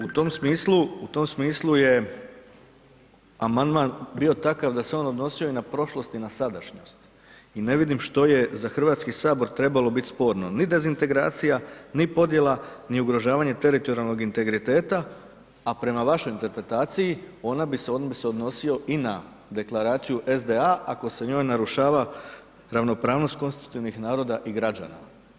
U tom smislu je amandman bio takav da se on odnosio i na prošlost i na sadašnjost i ne vidim što je za Hrvatski sabor trebalo biti sporno, ni dezintegracija, ni podjela, ni ugrožavanje teritorijalnog integriteta, a prema vašoj interpretaciji on bi se odnosio i na Deklaraciju SDA ako se u njoj narušava ravnopravnost konstitutivnih naroda i građana.